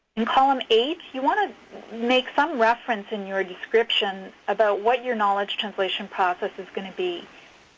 in column eight, you want to make some reference in your description about what your knowledge translation process is going to be.